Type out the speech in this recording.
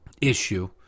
issue